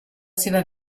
seva